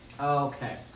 Okay